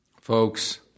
Folks